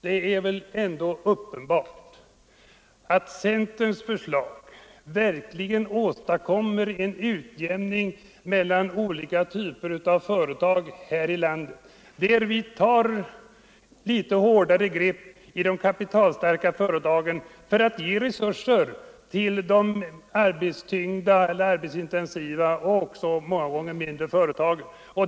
Det är väl ändå uppenbart att centerns förslag verkligen åstadkommer en utjämning mellan olika typer av företag här i landet genom att vi tar litet hårdare grepp på de kapitalstarka företagen och ger mer resurser till de arbetsintensiva och även många gånger mindre företagen.